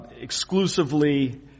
exclusively